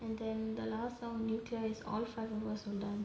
and then the last song nithya is all five of us will learn